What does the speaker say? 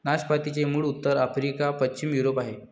नाशपातीचे मूळ उत्तर आफ्रिका, पश्चिम युरोप आहे